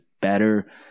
better